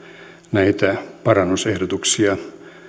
näitä parannusehdotuksia